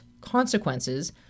consequences